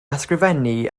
ysgrifennu